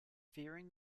fearing